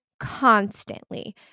constantly